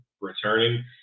returning